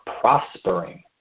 prospering